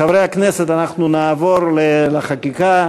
חברי הכנסת, אנחנו נעבור לחקיקה.